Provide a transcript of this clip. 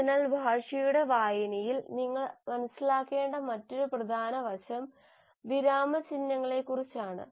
അതിനാൽ ഭാഷയുടെ വായനയിൽ നിങ്ങൾ മനസ്സിലാക്കേണ്ട മറ്റൊരു പ്രധാന വശം വിരാമചിഹ്നങ്ങളെക്കുറിച്ചാണ്